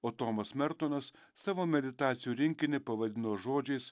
o tomas mertonas savo meditacijų rinkinį pavadino žodžiais